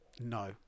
No